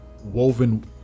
woven